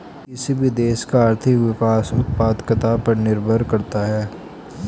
किसी भी देश का आर्थिक विकास उत्पादकता पर निर्भर करता हैं